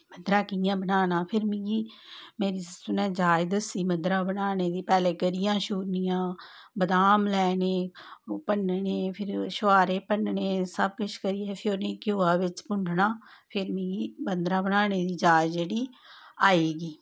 मद्धरा कि'यां बनाना फिर मिगी मेरी सस्सू ने जाच दस्सी मद्धरा बनाने दी पैह्लें गरियां छूरनियां बदाम लैने भन्नने फिर छोहारे भन्नने फिर सब किश करियै फिर उ'नें गी घ्योआ बिच्च भुन्नना फिर मिगी मद्धरा बनाने दी जाच जेह्ड़ी आई गेई